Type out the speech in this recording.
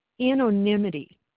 anonymity